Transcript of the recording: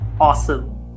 Awesome